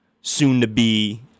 soon-to-be